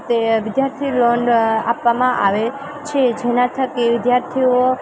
તે વિદ્યાર્થીઓ લોન આપવામાં આવે છે જેના થકી વિદ્યાર્થીઓ